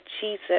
Jesus